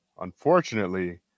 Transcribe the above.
unfortunately